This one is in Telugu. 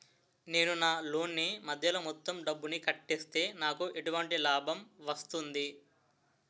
నేను నా లోన్ నీ మధ్యలో మొత్తం డబ్బును కట్టేస్తే నాకు ఎటువంటి లాభం వస్తుంది?